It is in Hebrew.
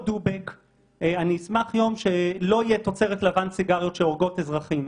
אני אשמח שלא תהיה תוצרת כחול לבן שהורגת אזרחים.